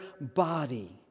body